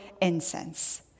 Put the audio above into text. incense